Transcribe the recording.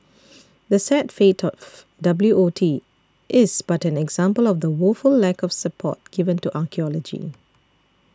the sad fate of W O T is but an example of the woeful lack of support given to archaeology